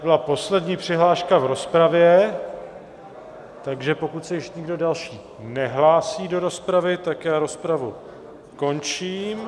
To byla poslední přihláška v rozpravě, takže pokud se již nikdo další nehlásí do rozpravy, rozpravu končím.